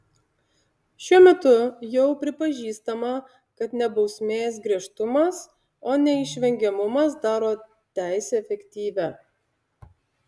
šiuo metu jau pripažįstama kad ne bausmės griežtumas o neišvengiamumas daro teisę efektyvią